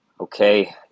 Okay